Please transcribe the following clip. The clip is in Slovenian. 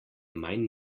manj